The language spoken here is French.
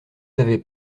savez